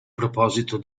proposito